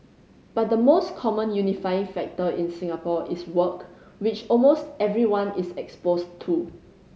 but the most common unifying factor in Singapore is work which almost everyone is exposed to